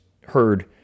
heard